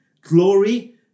glory